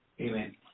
Amen